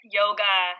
yoga